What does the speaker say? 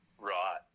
Right